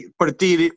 partir